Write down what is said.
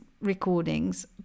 recordings